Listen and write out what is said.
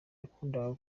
yakundaga